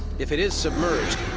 if it is submerged,